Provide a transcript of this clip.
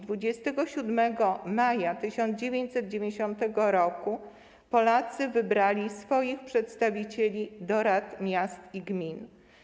27 maja 1990 r. Polacy wybrali swoich przedstawicieli do rad miast i gmin.